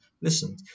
listen